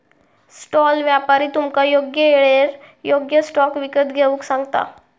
stall व्यापारी तुमका योग्य येळेर योग्य स्टॉक विकत घेऊक सांगता